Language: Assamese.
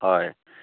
হয়